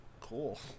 Cool